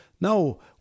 no